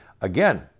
Again